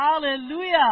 Hallelujah